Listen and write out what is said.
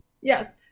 Yes